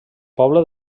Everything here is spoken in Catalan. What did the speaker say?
poble